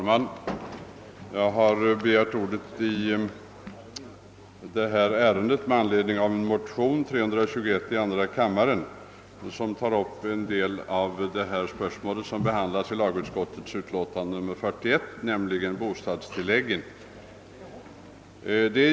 Herr talman! Jag har begärt ordet i detta ärende med anledning av motion II: 321, som tar upp en del av det spörsmål som behandlas i första lagutskottets förevarande utlåtande nr 41, nämligen bostadstilläggen.